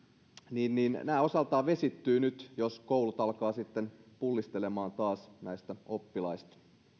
niin nämä osaltaan vesittyvät nyt jos koulut alkavat sitten pullistelemaan taas näistä oppilaista